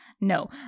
No